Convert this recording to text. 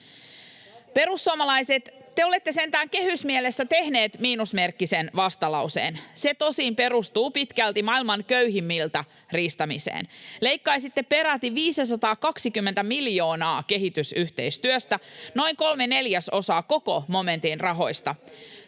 Perussuomalaiset, te olette sentään kehysmielessä tehneet miinusmerkkisen vastalauseen, se tosin perustuu pitkälti maailman köyhimmiltä riistämiseen. Leikkaisitte peräti 520 miljoonaa kehitysyhteistyöstä — noin kolme neljäsosaa koko momentin rahoista.